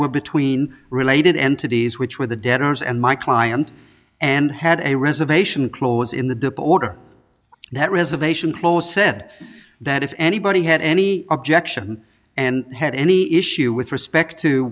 were between related entities which were the debtors and my client and had a reservation close in the deporter that reservation close said that if anybody had any objection and had any issue with respect to